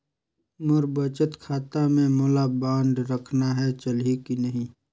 मोर बचत खाता है मोला बांड रखना है चलही की नहीं?